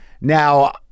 Now